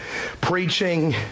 preaching